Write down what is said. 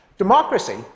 Democracy